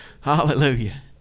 Hallelujah